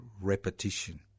repetition